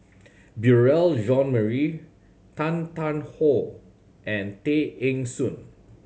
Beurel Jean Marie Tan Tarn How and Tay Eng Soon